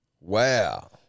Wow